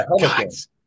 Guys